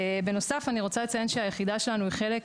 בנוסף אני רוצה לציין שהיחידה שלנו היא חלק